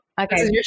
Okay